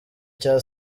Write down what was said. cya